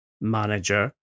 manager